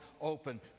open